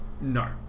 No